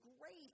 great